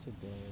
today